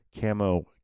camo